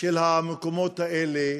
של המקומות האלה,